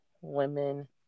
women